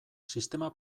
sistema